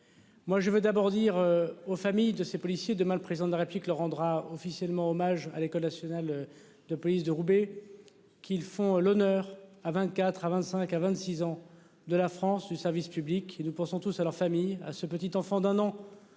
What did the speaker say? Moi je veux d'abord dire aux familles de ces policiers demain le président de la République le rendra officiellement hommage à l'École nationale de police de Roubaix. Qu'ils font l'honneur à 24 à 25 à 26 ans de la France du service public et nous pensons tous à leur famille. À ce petit enfant d'un an